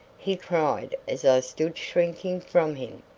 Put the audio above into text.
he cried as i stood shrinking from him,